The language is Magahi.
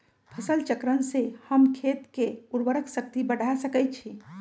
फसल चक्रण से हम खेत के उर्वरक शक्ति बढ़ा सकैछि?